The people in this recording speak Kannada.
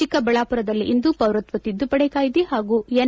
ಚಿಕ್ಕಬಳ್ಳಾಪುರದಲ್ಲಿಂದು ಪೌರತ್ವ ತಿದ್ದುಪಡಿ ಕಾಯ್ದೆ ಹಾಗೂ ಎನ್